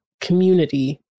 community